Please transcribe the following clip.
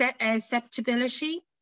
acceptability